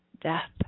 death